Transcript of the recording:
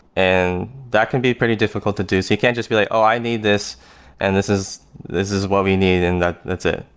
and that can be pretty difficult to do. so you can't just be like, oh, i need this and this is this is what we need, and that's it.